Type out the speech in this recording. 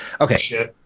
okay